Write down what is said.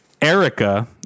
Erica